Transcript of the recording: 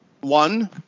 one